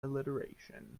alliteration